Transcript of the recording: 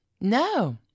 No